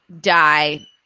die